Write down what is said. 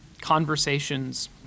conversations –